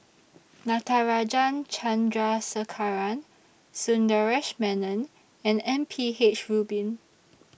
Natarajan Chandrasekaran Sundaresh Menon and M P H Rubin